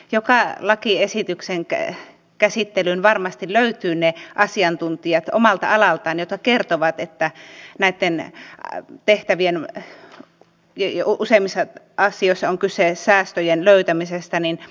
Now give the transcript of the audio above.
joka lakiesityksen käsittelyyn varmasti löytyvät omalta alaltaan ne asiantuntijat jotka kertovat että useimmissa asioissa on kyse säästöjen löytämisestä